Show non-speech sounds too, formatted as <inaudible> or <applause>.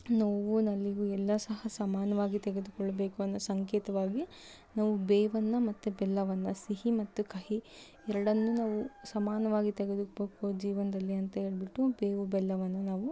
ನೋವು ನಲಿವು ಎಲ್ಲ ಸಹ ಸಮಾನವಾಗಿ ತೆಗೆದುಕೊಳ್ಳಬೇಕು ಅನ್ನೋ ಸಂಕೇತವಾಗಿ ನಾವು ಬೇವನ್ನು ಮತ್ತು ಬೆಲ್ಲವನ್ನು ಸಿಹಿ ಮತ್ತು ಕಹಿ ಎರಡನ್ನೂ ನಾವು ಸಮಾನವಾಗಿ ತೆಗೆದು <unintelligible> ಜೀವನದಲ್ಲಿ ಅಂತ ಹೇಳ್ಬಿಟ್ಟು ಬೇವು ಬೆಲ್ಲವನ್ನು ನಾವು